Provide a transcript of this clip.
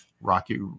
Rocky